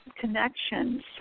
connections